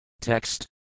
TEXT